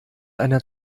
einer